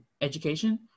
education